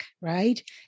right